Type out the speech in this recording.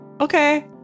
Okay